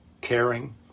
caring